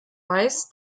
weiß